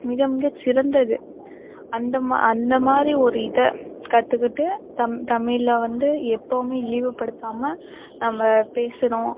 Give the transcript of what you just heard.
மிக மிக சிறந்தது அந்தமா அந்தமாதிரி ஒரு இதை கற்றுக்கிட்டு தமிழ் தமிழ வந்து எப்பவுமே இழிவுப்படுத்தாமல் நம்ம பேசணும்